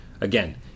Again